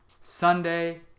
sunday